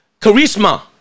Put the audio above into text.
charisma